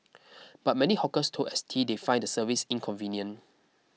but many hawkers told S T they find the service inconvenient